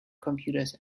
computers